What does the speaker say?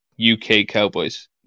UKCowboys